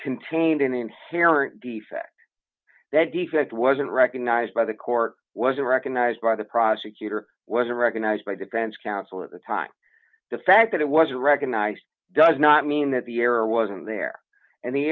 contained an inherent defect that defect wasn't recognized by the court wasn't recognized by the prosecutor was a recognized by defense counsel at the time the fact that it was recognized does not mean that the error wasn't there and the